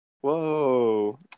whoa